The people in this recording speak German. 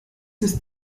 ist